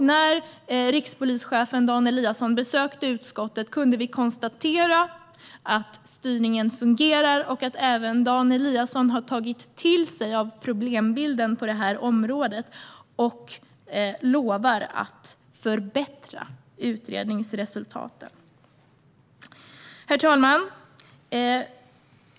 När rikspolischefen Dan Eliasson besökte utskottet kunde vi konstatera att styrningen fungerar och att även Dan Eliasson har tagit till sig problembilden på det här området och lovar att förbättra utredningsresultaten. Herr talman!